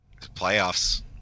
Playoffs